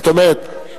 זאת אומרת,